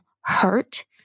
hurt